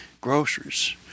groceries